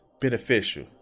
beneficial